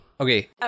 Okay